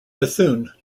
bethune